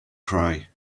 cry